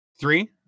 Three